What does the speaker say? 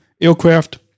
aircraft